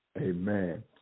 Amen